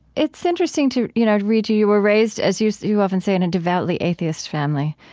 it's interesting to you know read you you were raised, as you you often say, in a devoutly atheist family.